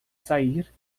sair